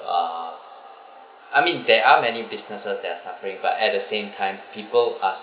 ah I mean there are many businesses that are suffering but at the same time people are